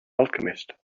alchemist